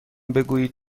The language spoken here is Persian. بگویید